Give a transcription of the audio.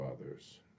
others